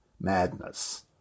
madness